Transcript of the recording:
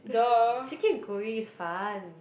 should keep going it's fun